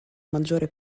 maggiore